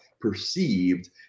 perceived